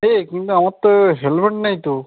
এই কিন্তু আমার তো হেলমেট নেই তো